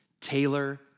Taylor